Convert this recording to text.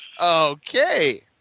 Okay